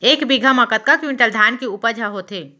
एक बीघा म कतका क्विंटल धान के उपज ह होथे?